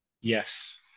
Yes